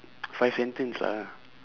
five sentence lah